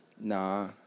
Nah